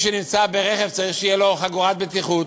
שנמצא ברכב צריך לחגור חגורת בטיחות.